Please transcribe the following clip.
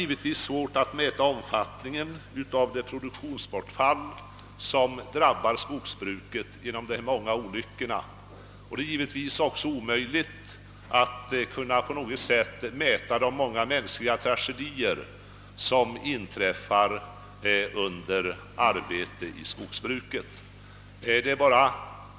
Givetvis är det svårt att mäta omfattningen av det produktionsbortfall som drabbar skogsbruket genom de många olyckorna, och det är självfallet också omöjligt att mäta de många mänskliga tragedier som inträffar vid olyckor under arbete i skogen.